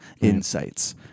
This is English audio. insights